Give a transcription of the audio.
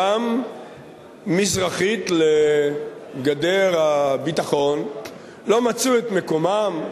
גם מזרחית לגדר הביטחון לא מצאו את מקומם,